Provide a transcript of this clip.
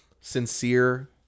sincere